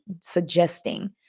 suggesting